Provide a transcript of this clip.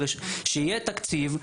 שיהיה תקציב לכך,